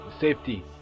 safety